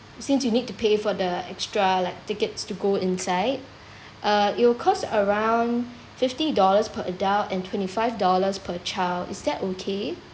since you need to pay for the extra like tickets to go inside uh it'll cost around fifty dollars per adult and twenty five dollars per child is that okay